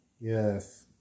Yes